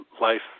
life